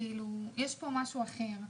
כנראה שיש פה משהו אחר.